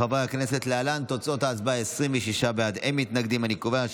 ההצעה להעביר את הצעת חוק